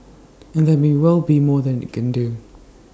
and there may well be more that IT can do